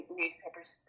newspapers